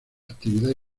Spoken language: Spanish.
actividad